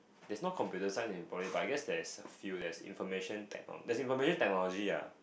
there's no computer science in Poly but I guess there's a few there's information tech there's information technology ah